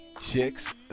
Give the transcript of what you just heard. chicks